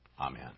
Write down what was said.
Amen